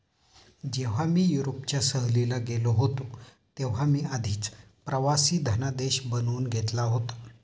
जेव्हा मी युरोपच्या सहलीला गेलो होतो तेव्हा मी आधीच प्रवासी धनादेश बनवून घेतला होता